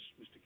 Mr